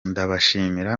ndabashimira